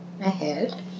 ahead